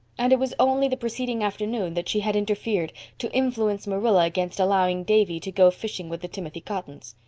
and it was only the preceding afternoon that she had interfered to influence marilla against allowing davy to go fishing with the timothy cottons.